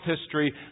history